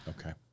Okay